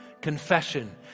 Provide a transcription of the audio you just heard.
Confession